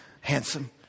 handsome